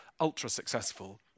ultra-successful